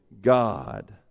God